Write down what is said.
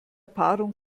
paarung